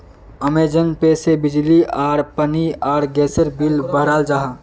Amazon Pay से बिजली आर पानी आर गसेर बिल बहराल जाहा